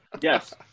Yes